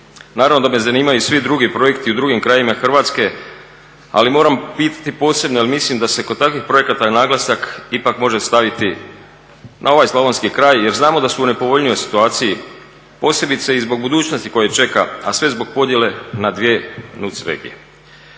Naravno da me zanimaju i svi drugi projekti u drugim krajevima Hrvatske, ali moram pitati posebno jer mislim da se kod takvih projekata naglasak ipak može staviti na ovaj slavonski kraj jer znamo da su u nepovoljnijoj situaciji, posebice i zbog budućnosti koja ih čeka a sve zbog podjele na dvije nuc regije.